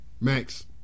Max